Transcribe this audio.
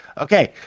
okay